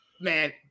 man